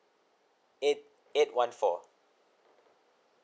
eight eight one four